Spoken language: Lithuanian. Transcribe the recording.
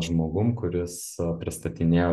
žmogum kuris pristatinėjo